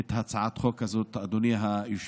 את הצעת החוק הזאת, אדוני היושב-ראש.